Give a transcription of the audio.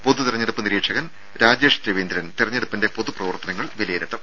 പൊതു തിരഞ്ഞെടുപ്പ് നിരീക്ഷകൻ രാജേഷ് രവീന്ദ്രൻ തിരഞ്ഞെടുപ്പിന്റെ പൊതു പ്രവർത്തനങ്ങൾ വിലയിരുത്തും